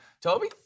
Toby